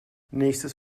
nächstes